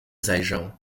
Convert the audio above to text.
zajrzał